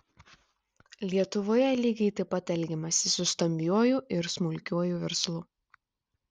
lietuvoje lygiai taip pat elgiamasi su stambiuoju ir smulkiuoju verslu